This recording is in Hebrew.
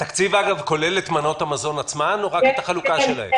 התקציב כולל את מנות המזון עצמן או רק את החלוקה שלהן?